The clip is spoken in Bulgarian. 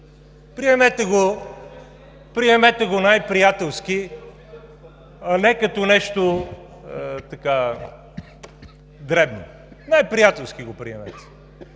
Приемете го най-приятелски, а не като нещо дребно. Най-приятелски го приемете